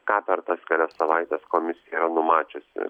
ką per tas kelias savaites komisija yra numačiusi